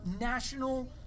national